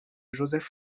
joseph